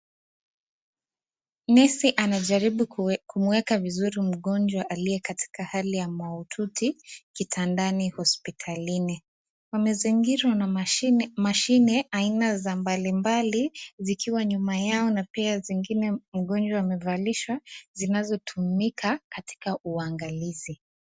Nesi anajaribu kumweka vizuri mgonjwa aliye katika hali ya maututi kitandani hospitalini. Wamezingirwa na mashine aina za mbalimbali zikiwa nyuma yao na pia zingine mgonjwa amevalishwa zinazotumika katika uangalizi.